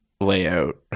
layout